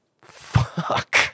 Fuck